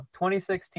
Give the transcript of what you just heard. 2016